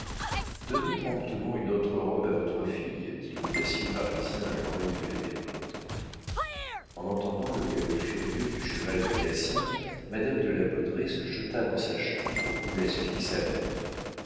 donnez promptement une autre robe à votre fille dit l'audacieux parisien à l'oreille de la dévote en entendant le galop furieux du cheval de gatien madame de la baudraye se jeta dans sa chambre où la suivit sa mère